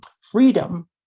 freedom